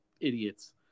idiots